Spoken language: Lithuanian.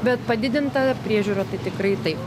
bet padidinta priežiūra tai tikrai taip